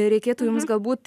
reikėtų jums galbūt